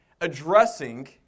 addressing